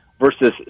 versus